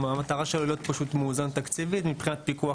המטרה שלו היא להיות פשוט מאוזן תקציבית מבחינת פיקוח